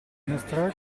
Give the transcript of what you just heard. dimostrare